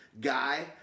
guy